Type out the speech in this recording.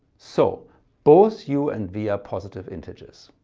so both u and v are positive integers.